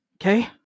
okay